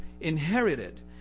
inherited